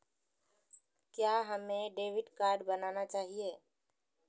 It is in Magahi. क्या हमें डेबिट कार्ड बनाना चाहिए?